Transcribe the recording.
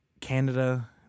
Canada